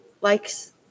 likes